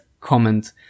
comment